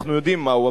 אנחנו יודעים מהו,